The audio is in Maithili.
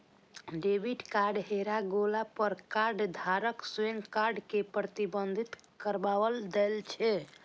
डेबिट कार्ड हेरा गेला पर कार्डधारक स्वयं कार्ड कें प्रतिबंधित करबा दै छै